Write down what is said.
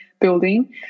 building